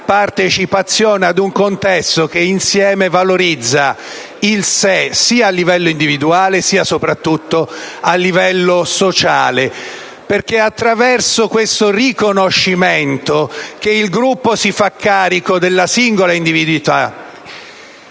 partecipazione ad un contesto che insieme valorizza il sé sia a livello individuale sia soprattutto a livello sociale. Infatti, attraverso tale riconoscimento il gruppo si fa carico della singola individualità.